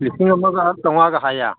ꯂꯤꯁꯤꯡ ꯑꯃꯒ ꯆꯥꯝꯃꯉꯥꯒ ꯍꯥꯏꯌꯦ